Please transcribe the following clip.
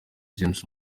james